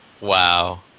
Wow